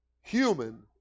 human